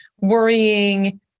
worrying